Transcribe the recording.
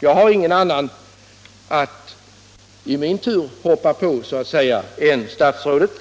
Jag har ingen annan att klaga inför än statsrådet.